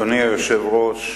אדוני היושב-ראש,